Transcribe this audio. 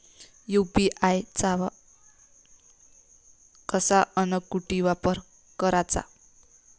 UPI चा कसा अन कुटी वापर कराचा?